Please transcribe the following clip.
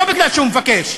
לא כי הוא מבקש,